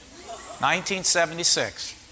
1976